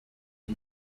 iyi